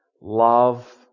love